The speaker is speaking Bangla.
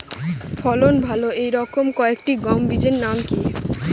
ফলন ভালো এই রকম কয়েকটি গম বীজের নাম কি?